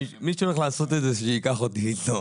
מי שהולך לעשות את זה שייקח אותי איתו,